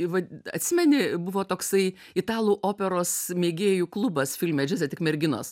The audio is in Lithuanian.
vat atsimeni buvo toksai italų operos mėgėjų klubas filme džiaze tik merginos